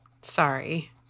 Sorry